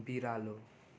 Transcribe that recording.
बिरालो